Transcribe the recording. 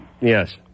Yes